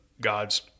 gods